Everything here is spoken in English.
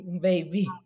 baby